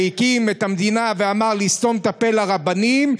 שהקים את המדינה ואמר לסתום את הפה לרבנים,